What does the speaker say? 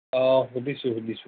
অঁ সুধিছোঁ সুধিছোঁ